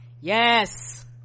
yes